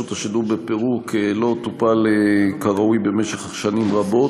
השידור שבפירוק לא טופל כראוי במשך שנים רבות,